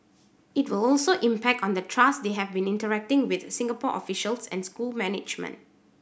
it will also impact on the trust they have when interacting with Singapore officials and school management